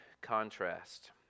contrast